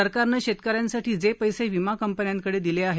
सरकारनं शेतकऱ्यांसाठी जे पैसे विमा कंपन्यांकडे दिले आहेत